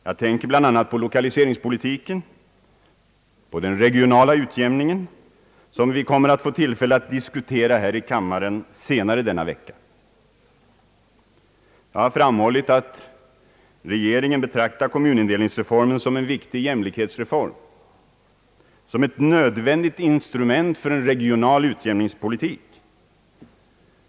Jag tänker bland annat på lokaliseringspolitiken och på den regionala utjämningen som vi kommer att få tillfälle att diskutera senare här i kammaren under denna vecka. Jag har framhållit att regeringen betraktar kommunindelningsreformen som en viktig jämlikhetsreform och som ett nödvändigt instrument för en regional utjämningspolitik.